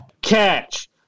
catch